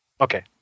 Okay